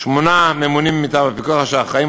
שמונה ממונים מטעם הפיקוח אשר אחראים